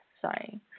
sorry